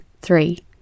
three